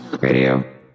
Radio